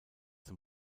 zum